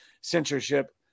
censorship